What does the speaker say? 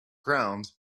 ground